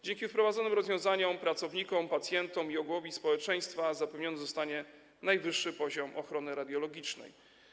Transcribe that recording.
Dzięki wprowadzonym rozwiązaniom pracownikom, pacjentom i ogółowi społeczeństwa zapewniony zostanie najwyższy poziom ochrony radiologicznej.